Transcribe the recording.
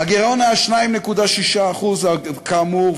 הגירעון היה 2.6% כאמור,